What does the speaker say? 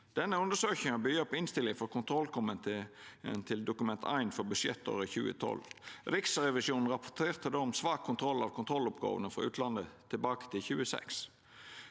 Denne undersøkinga byggjer på innstilling frå kontrollkomiteen til Dokument 1 for budsjettåret 2012. Riksrevisjonen rapporterte då om svak kontroll av kontrolloppgåvene frå utlandet tilbake til 2006.